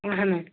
اَہن حظ